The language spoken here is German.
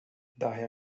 daher